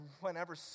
whenever